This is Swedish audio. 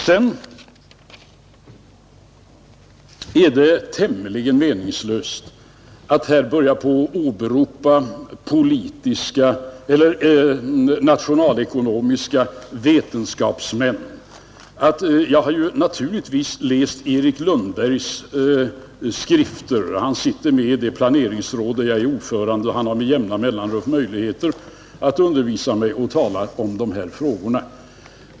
Sedan är det tämligen meningslöst att här börja åberopa nationalekonomiska vetenskapsmän. Jag har naturligtvis läst Erik Lundbergs skrifter — han sitter med i det planeringsråd där jag är ordförande, och han har med jämna mellanrum möjligheter att undervisa mig och tala om dessa frågor.